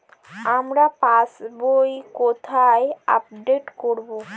আমার passbook কোথায় update করব?